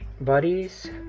buddies